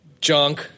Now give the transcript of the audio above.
junk